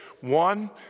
One